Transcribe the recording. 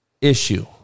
issue